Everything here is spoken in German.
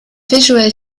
visual